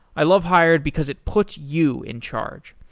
i love hired because it puts you in charge.